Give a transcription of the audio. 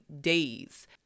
days